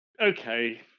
Okay